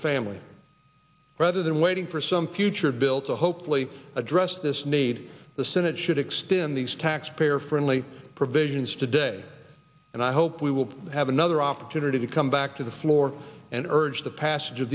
family rather than waiting for some future bill to hopefully address this need the senate should extend these tax payer friendly provisions today and i hope we will have another opportunity to come back to the floor and urge the pass